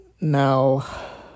Now